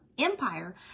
empire